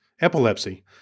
epilepsy